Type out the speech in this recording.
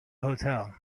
hotel